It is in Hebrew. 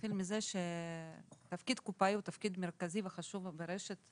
נתחיל מזה שתפקיד הקופאי הוא תפקיד מרכזי וחשוב ברשת,